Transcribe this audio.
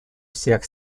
всех